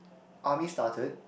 army started